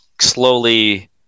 slowly